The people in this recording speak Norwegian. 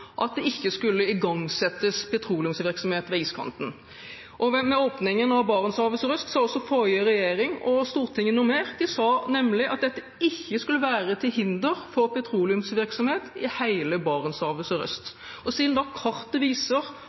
at det ikke skulle igangsettes petroleumsvirksomhet ved iskanten. Ved åpningen av Barentshavet sørøst sa også den forrige regjeringen og Stortinget noe mer, nemlig at dette ikke skulle være til hinder for petroleumsvirksomhet i hele Barentshavet sørøst. Siden da kartet viser